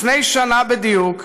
לפני שנה בדיוק,